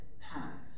path